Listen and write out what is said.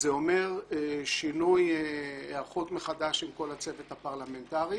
זה אומר שינוי היערכות מחדש של כל הצוות הפרלמנטרי